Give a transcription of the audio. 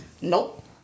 Nope